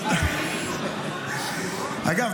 אגב,